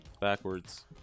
backwards